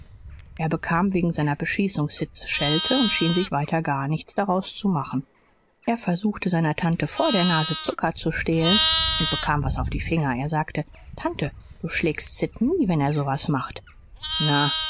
er bekam wegen seiner beschießung sids schelte und schien sich weiter gar nichts daraus zu machen er versuchte seiner tante vor der nase zucker zu stehlen und bekam was auf die finger er sagte tante du schlägst sid nie wenn er so was macht na